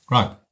Right